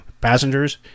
passengers